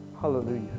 Hallelujah